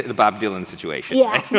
and bob dylan situation. yeah,